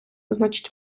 значить